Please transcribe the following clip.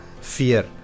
fear